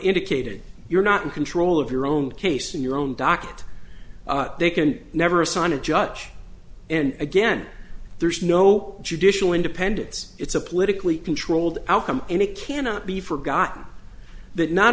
indicated you're not in control of your own case in your own docket they can never assign a judge and again there's no judicial independence it's a politically controlled outcome and it cannot be forgotten that not